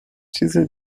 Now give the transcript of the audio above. چیزه